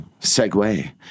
segue